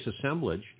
assemblage